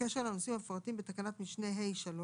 בקשר לנושאים המפורטים בתקנת משנה (ה)(3)